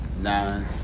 nine